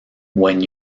when